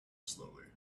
slowly